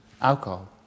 alcohol